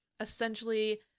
essentially